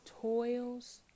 toils